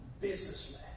businessman